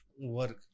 work